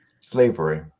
Slavery